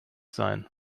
sein